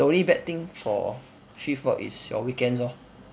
the only bad thing for shift work is your weekends lor